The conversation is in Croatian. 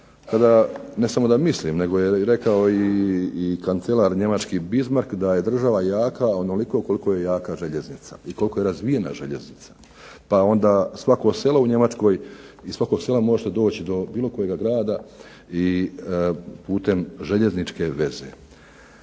ne samo da mislim nego je rekao kancelar Njemački Bismark da je država jaka onoliko koliko je jaka željeznica i razvijena željeznica, iz svakoga sela u Njemačkoj možete doći do bilo kojeg grada putem željezničke veze.